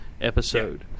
episode